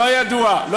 לא ידוע על קשיים?